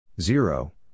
Zero